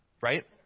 right